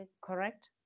correct